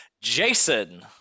Jason